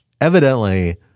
evidently